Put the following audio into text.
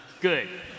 Good